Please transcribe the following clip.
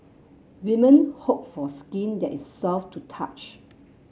women hope for skin that is soft to touch